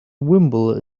wimble